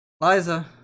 Liza